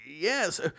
yes